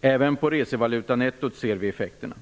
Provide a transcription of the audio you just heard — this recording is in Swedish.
Även på resevalutanettot ser vi effekterna.